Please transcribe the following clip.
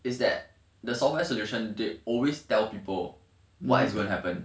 is that the software solution they always tell people what is going to happen